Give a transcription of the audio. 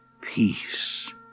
Peace